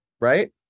right